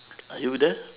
are you there